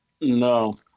No